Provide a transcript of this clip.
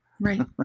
Right